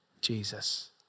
Jesus